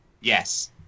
Yes